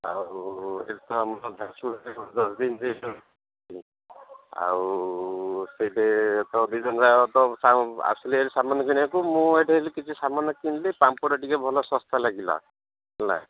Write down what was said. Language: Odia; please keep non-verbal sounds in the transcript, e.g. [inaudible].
ଆଉ ଏଠି ତ ଆମର ଝାରସୁଗୁଡ଼ାରେ ଦଶଦିନ [unintelligible] ତ ଅସିଲିହେରି ସାମାନ କିଣିବାକୁ ମୁଁ ଏଠି କିଛି ସାମାନ କିଣିଲି ପାମ୍ପଡ଼ ଟିକେ ଭଲ ଶସ୍ତା ଲାଗିଲା ହେଲା